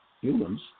humans